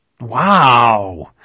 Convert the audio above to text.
Wow